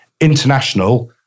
International